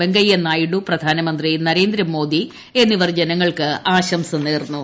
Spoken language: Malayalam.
വെങ്കയ്യ നായിഡു പ്രധാനമന്ത്രി നരേന്ദ്രമോദി എന്നിവർ ജനങ്ങൾക്ക് ആശംസ നേർന്നു